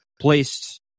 placed